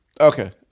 Okay